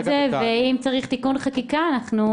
ואם צריך תיקון חקיקה בשביל זה אנחנו